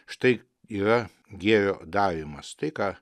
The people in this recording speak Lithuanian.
štai yra gėrio darymas tai ką